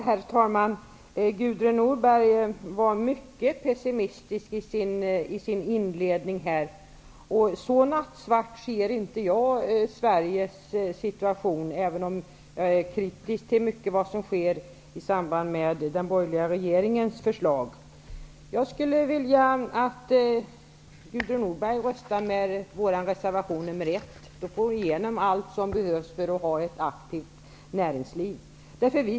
Herr talman! Gudrun Norberg var mycket pessimistisk i sin inledning här. Men så nattsvart ser jag inte Sveriges situation, även om jag är kritisk till mycket av det som sker när det gäller den borgerliga regeringens förslag. Jag skulle önska att Gudrun Norberg röstar för vår reservation nr 1. Då får hon igenom allt som behövs för ett aktivt näringsliv.